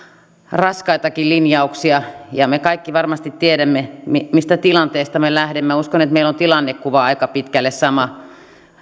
raskaitakin linjauksia ja me kaikki varmasti tiedämme mistä tilanteesta me lähdemme minä uskon että meillä on tilannekuva aika pitkälle sama